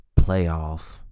playoff